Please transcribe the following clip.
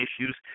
issues